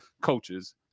coaches